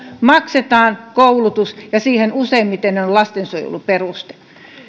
maksetaan koulutus ja siihen useimmiten on lastensuojeluperuste